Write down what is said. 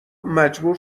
مجبور